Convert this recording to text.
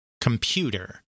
computer